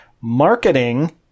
Marketing